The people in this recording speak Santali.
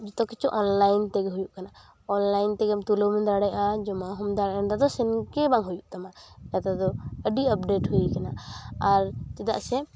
ᱡᱚᱛᱚ ᱠᱤᱪᱷᱩ ᱚᱱᱞᱟᱭᱤᱱ ᱛᱮᱜᱮ ᱦᱩᱭᱩᱜᱼᱟ ᱠᱟᱱᱟ ᱚᱱᱞᱟᱭᱤᱱ ᱛᱮᱜᱮ ᱛᱩᱞᱟᱹᱣᱦᱚᱢ ᱫᱟᱲᱮᱼᱟ ᱡᱚᱢᱟᱦᱚᱢ ᱫᱟᱲᱮᱼᱟ ᱚᱸᱰᱮᱫᱚ ᱥᱮᱱᱜᱮ ᱵᱟᱝ ᱦᱩᱭᱩᱜ ᱛᱟᱢᱟ ᱱᱮᱛᱟᱨᱫᱚ ᱟᱹᱰᱤ ᱟᱯᱰᱮᱴ ᱦᱩᱭᱟᱠᱟᱱᱟ ᱟᱨ ᱪᱮᱫᱟᱜ ᱥᱮ